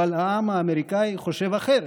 אבל העם האמריקאי חושב אחרת.